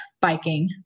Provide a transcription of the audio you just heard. biking